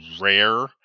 rare